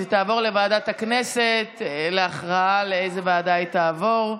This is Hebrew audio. אז היא תעבור לוועדת הכנסת להכרעה לאיזו ועדה היא תעבור.